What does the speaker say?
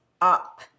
up